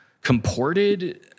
comported